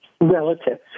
relatives